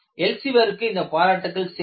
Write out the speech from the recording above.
Elsevier க்கு இந்த பாராட்டுக்கள் சேரும்